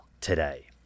today